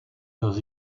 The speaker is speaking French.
dans